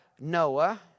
Noah